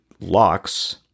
locks